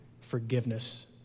forgiveness